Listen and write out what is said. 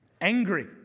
angry